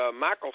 Michael